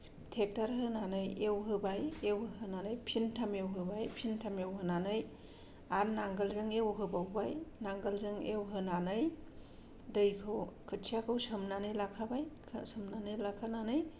tractor होनानै एवहोबाय एवहोनानै फिनथाम एवहोबाय फिनथाम एवहोनानै आरो नांगोलजों एवहोबावबाय नांगोलजों एवहोनानै दैखौ खोथियाखौ सोमनानै लाखाबाय खो सोमनानै लाखानानै